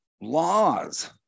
laws